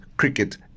cricket